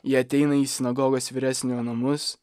jie ateina į sinagogos vyresniojo namus